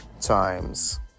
times